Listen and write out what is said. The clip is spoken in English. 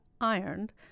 ironed